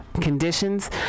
conditions